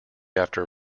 after